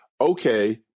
okay